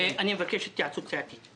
אני מבקש התייעצות סיעתית.